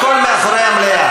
הכול מאחורי המליאה.